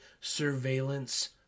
surveillance